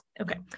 Okay